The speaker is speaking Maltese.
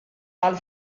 għall